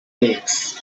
lakes